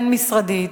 בין-משרדית,